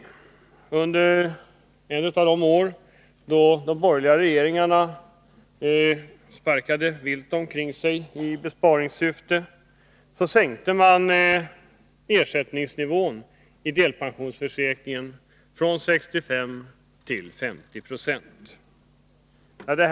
1980, ett av de år då de borgerliga regeringarna sparkade vilt omkring sig i besparingsiver, sänkte man ersättningsnivån i delpensionsförsäkringen från 65 till 50 96.